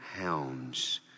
hounds